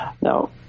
Now